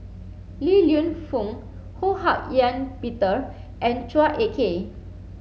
Li Lienfung Ho Hak Ean Peter and Chua Ek Kay